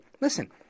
listen